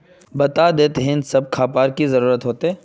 बता देतहिन की सब खापान की जरूरत होते?